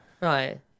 Right